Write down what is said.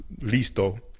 listo